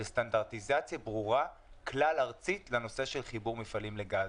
סטנדרטיזציה ברורה כלל ארצית בנושא של חיבור מפעלים לגז,